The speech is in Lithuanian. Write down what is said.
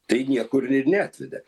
tai niekur ir neatvedė